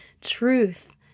truth